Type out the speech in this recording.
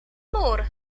mur